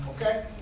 Okay